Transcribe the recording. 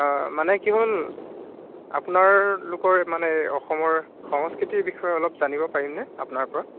মানে কি হ'ল আপোনাৰ লোকৰ মানে অসমৰ সংস্কৃতিৰ বিষয়ে অলপ জানিব পাৰিমনে আপোনাৰ পৰা